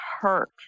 hurt